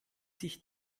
sich